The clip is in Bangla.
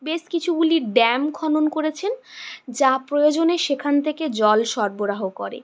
বেশ কিছুগুলি ড্যাম খনন করেছেন যা প্রয়োজনে সেখান থেকে জল সরবরাহ করে